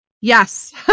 Yes